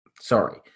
sorry